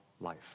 life